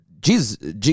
Jesus